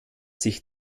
sich